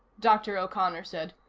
dr. o'connor said.